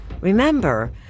Remember